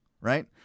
right